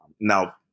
Now